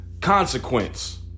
Consequence